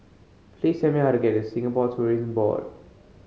please tell me how to get to Singapore Tourism Board